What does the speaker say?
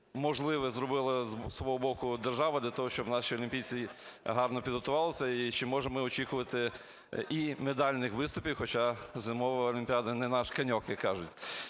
можливе зробили з свого боку держава для того, щоб наші олімпійці гарно підготувалися і чи можемо ми очікувати, і медальних виступів? Хоча зимова Олімпіада – не наш конек, як кажуть.